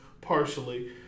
partially